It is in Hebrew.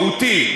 מהותי,